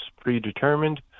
predetermined